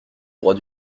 droit